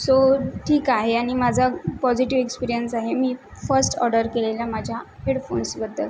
so ठीक आहे आणि माझा पॉझिटिव्ह एक्सपिरियन्स आहे मी फर्स्ट ऑर्डर केलेला माझ्या हेडफोन्सबद्दल